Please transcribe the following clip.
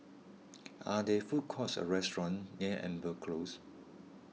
are there food courts or restaurants near Amber Close